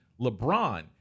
LeBron